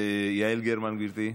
יעל גרמן, גברתי,